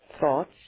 thoughts